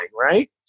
Right